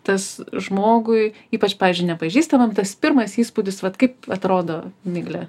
tas žmogui ypač pavyzdžiui nepažįstamam tas pirmas įspūdis vat kaip atrodo migle